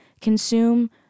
consume